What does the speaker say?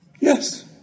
Yes